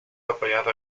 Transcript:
apoyado